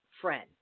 friend